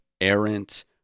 errant